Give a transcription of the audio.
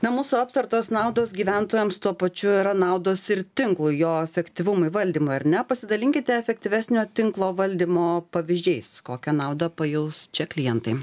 na mūsų aptartos naudos gyventojams tuo pačiu yra naudos ir tinklui jo efektyvumui valdymui ar ne pasidalinkite efektyvesnio tinklo valdymo pavyzdžiais kokią naudą pajaus čia klientai